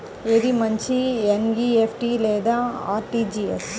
ఏది మంచి ఎన్.ఈ.ఎఫ్.టీ లేదా అర్.టీ.జీ.ఎస్?